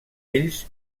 ells